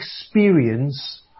experience